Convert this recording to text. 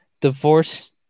Divorce